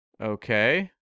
Okay